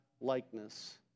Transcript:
likeness